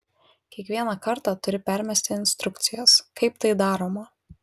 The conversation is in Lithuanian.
kiekvieną kartą turi permesti instrukcijas kaip tai daroma